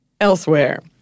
elsewhere